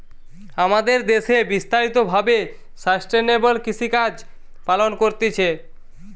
আমাদের দ্যাশে বিস্তারিত ভাবে সাস্টেইনেবল কৃষিকাজ পালন করতিছে